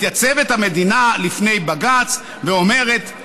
מתייצבת המדינה בפני בג"ץ ואומרת: